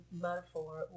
metaphor